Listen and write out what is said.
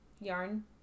yarn